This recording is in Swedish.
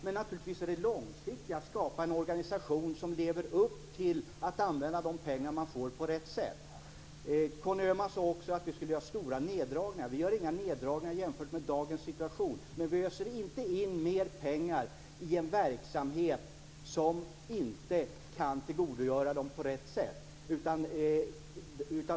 Det långsiktiga är naturligtvis att skapa en organisation som lever upp till att använda de pengar man får på rätt sätt. Conny Öhman sade dessutom att vi skulle göra stora neddragningar. Vi gör inte några neddragningar jämfört med dagens situation, men vi öser inte in mer pengar i en verksamhet som inte kan tillgodogöra sig dem på rätt sätt.